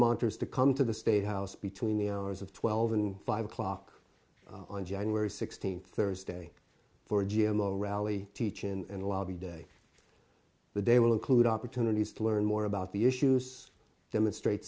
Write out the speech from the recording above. monters to come to the state house between the hours of twelve and five o'clock on january sixteenth thursday for g m o rally teach and lobby day the day will include opportunities to learn more about the issues demonstrate